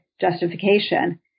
justification